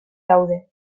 daude